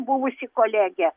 buvusi kolege